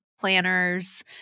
planners